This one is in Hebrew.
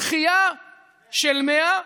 דחייה של 100 יום,